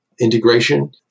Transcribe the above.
integration